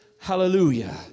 Hallelujah